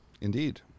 Indeed